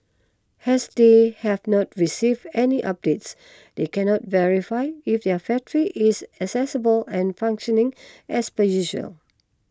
has they have not received any updates they cannot verify if their factory is accessible and functioning as per usual